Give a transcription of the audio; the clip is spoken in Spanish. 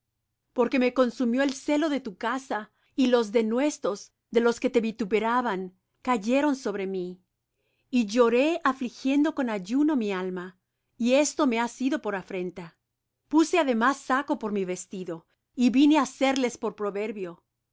porque me consumió el celo de tu casa y los denuestos de los que te vituperaban cayeron sobre mí y lloré afligiendo con ayuno mi alma y esto me ha sido por afrenta puse además saco por mi vestido y vine á serles por proverbio